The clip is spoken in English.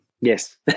Yes